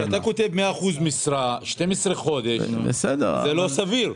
אתה כותב 100 אחוזי משרה, 12 חודשים, זה לא סביר.